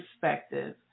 perspective